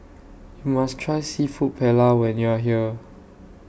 YOU must Try Seafood Paella when YOU Are here